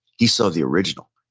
he saw the original.